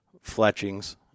fletchings